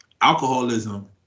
alcoholism